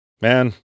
Man